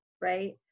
right